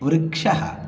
वृक्षः